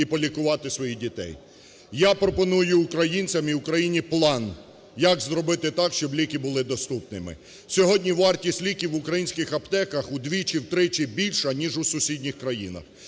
і полікувати своїх дітей. Я пропоную українцям і Україні план, як зробити так, щоб ліки були доступними. Сьогодні вартість ліків в українських аптеках удвічі, втричі більша ніж у сусідніх країнах